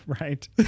right